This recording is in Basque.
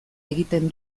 egiten